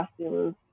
costumes